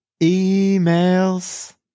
Emails